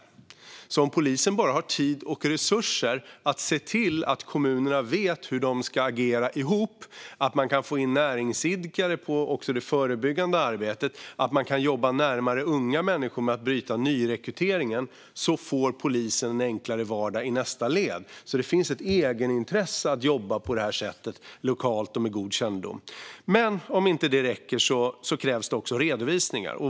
Det handlar om att polisen ska ha tid och resurser för att kunna se till att kommunerna vet hur de ska agera ihop. Det handlar om att få in näringsidkare i det förebyggande arbetet. Det handlar om att kunna jobba närmare unga människor för att bryta nyrekryteringen. Då får polisen en enklare vardag i nästa led. Det finns alltså ett egenintresse i att jobba på det här sättet, lokalt och med god kännedom. Men om det inte räcker krävs det också redovisningar.